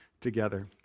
together